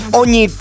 ogni